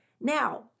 Now